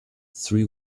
three